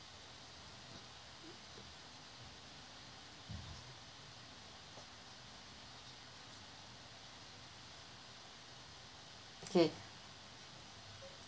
okay